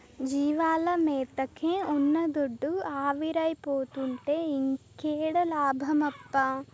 జీవాల మేతకే ఉన్న దుడ్డు ఆవిరైపోతుంటే ఇంకేడ లాభమప్పా